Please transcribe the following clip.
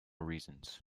reasons